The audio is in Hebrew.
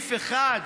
סעיף אחד.